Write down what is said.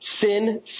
Sin